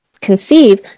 conceive